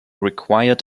required